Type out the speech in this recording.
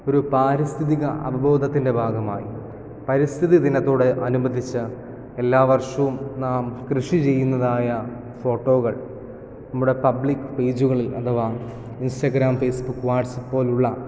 ഒരു പാരിസ്ഥിതിക അവബോധത്തിൻ്റെ ഭാഗമായി പരിസ്ഥിതി ദിനത്തോട് അനുബന്ധിച്ച് എല്ലാ വർഷവും നാം കൃഷി ചെയ്യുന്നതായ ഫോട്ടോകൾ നമ്മുടെ പബ്ലിക് പേജുകളിൽ അഥവാ ഇൻസ്റ്റഗ്രാം ഫേസ്ബുക്ക് വാട്സ്ആപ്പ് പോലുള്ള